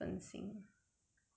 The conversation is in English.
不会的